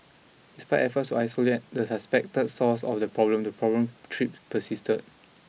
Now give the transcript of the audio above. despite efforts to isolate the suspected source of the problem the problem trips persisted